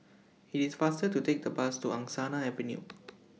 IT IS faster to Take The Bus to Angsana Avenue